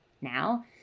now